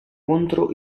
contro